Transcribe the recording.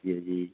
ਜੀ ਜੀ